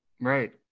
Right